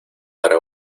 para